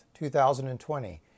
2020